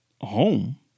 home